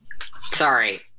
sorry